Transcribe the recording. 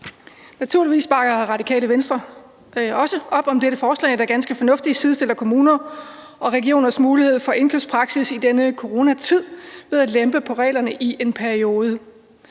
Naturligvis bakker Radikale Venstre også op om dette forslag, der ganske fornuftigt sidestiller kommuner og regioners mulighed for indkøbspraksis i denne coronatid ved at lempe på reglerne i en periode.